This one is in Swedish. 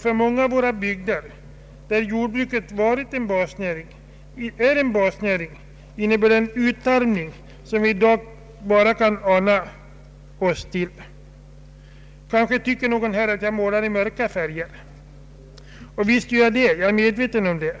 För många av våra bygder där jordbruket är en basnäring innebär det en utarmning som vi i dag bara kan ana oss till. Kanske tycker någon här att jag målar framtiden i mörka färger. Och visst gör jag det — jag är medveten om det.